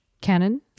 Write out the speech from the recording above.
canon